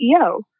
CEO